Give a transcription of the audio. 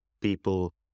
people